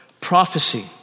prophecy